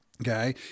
Okay